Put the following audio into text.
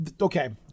Okay